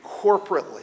corporately